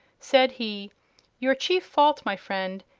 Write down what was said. said he your chief fault, my friend,